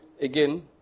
again